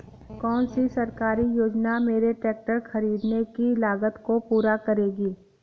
कौन सी सरकारी योजना मेरे ट्रैक्टर ख़रीदने की लागत को पूरा करेगी?